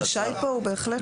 הרשאי פה הוא בהחלט לא חייב.